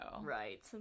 Right